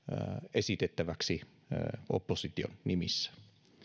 esitettäväksi opposition nimissä